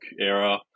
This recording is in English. era